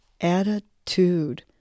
attitude